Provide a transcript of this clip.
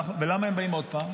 למה הם באים עוד פעם?